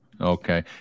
Okay